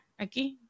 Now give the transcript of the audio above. aquí